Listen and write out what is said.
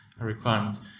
requirements